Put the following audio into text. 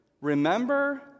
Remember